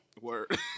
word